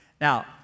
Now